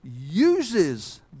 uses